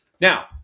Now